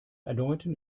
erneuten